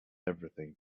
everything